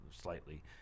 slightly